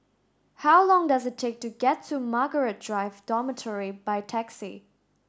how long does it take to get to Margaret Drive Dormitory by taxi